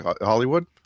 Hollywood